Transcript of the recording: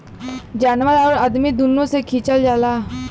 जानवर आउर अदमी दुनो से खिचल जाला